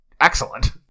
excellent